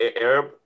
Arab